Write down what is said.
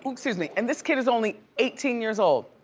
excuse me. and this kid is only eighteen years old.